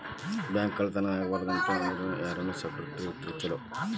Bank ಕಳ್ಳತನಾ ಆಗ್ಬಾರ್ದು ಅಂತ ಅಂದ್ರ ಯಾರನ್ನ ಸೆಕ್ಯುರಿಟಿ ಇಟ್ರ ಚೊಲೊ?